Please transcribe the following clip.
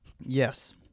Yes